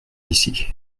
ici